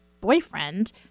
boyfriend